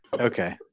Okay